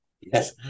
Yes